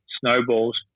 snowballs